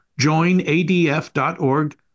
joinadf.org